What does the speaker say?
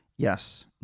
yes